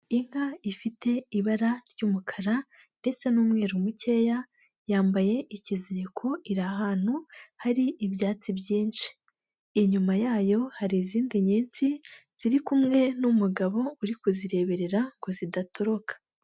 Inka ifite ibara ry'umukara ndetse n'umweru mukeya, yambaye ikiziko iri ahantu hari ibyatsi byinshi. Inyuma yayo hari izindi nyinshi ziri kumwe n'umugabo uri kuzireberera ngo zidatoroka.